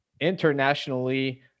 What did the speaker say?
internationally